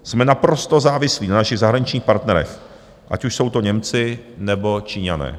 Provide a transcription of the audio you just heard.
Jsme naprosto závislí na našich zahraničních partnerech, ať už jsou to Němci, nebo Číňané.